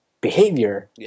behavior